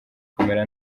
kumera